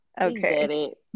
okay